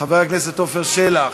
חבר הכנסת עפר שלח,